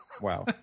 Wow